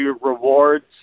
rewards